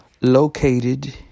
located